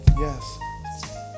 Yes